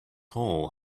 hole